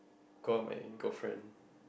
go out with my girlfriend